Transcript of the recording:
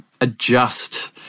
adjust